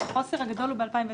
החוסר הגדול הוא ב-2020.